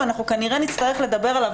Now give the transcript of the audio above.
ואנחנו כנראה נצטרך לדבר עליו,